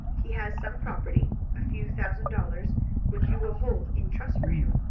he has some property a few thousand dollars which you will hold in trust for him.